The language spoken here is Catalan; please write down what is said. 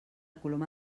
coloma